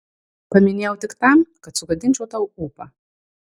paminėjau tik tam kad sugadinčiau tau ūpą